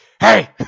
hey